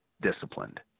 Disciplined